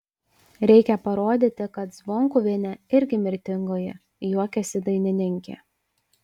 reikia parodyti kad zvonkuvienė irgi mirtingoji juokėsi dainininkė